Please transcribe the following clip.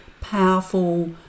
powerful